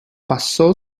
pasó